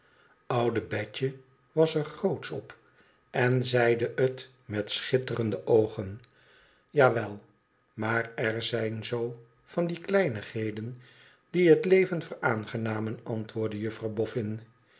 oude betje was er grootsch op en zeide het met schitterende ooen ja wel maar er zijn zoo van die kleinigheden die het leven veraangenamen antwoordde juffrouw